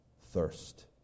thirst